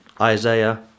Isaiah